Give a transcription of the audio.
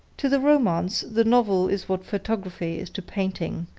to the romance the novel is what photography is to painting.